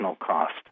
cost